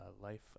life